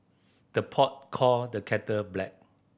the pot call the kettle black